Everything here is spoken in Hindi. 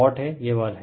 यह वाट है यह वर हैं